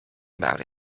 about